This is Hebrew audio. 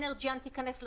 אנרג'יאן תיכנס לשוק,